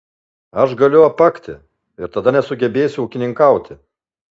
aš galiu apakti ir tada nesugebėsiu ūkininkauti